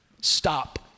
Stop